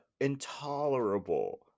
intolerable